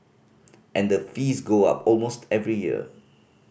and the fees go up almost every year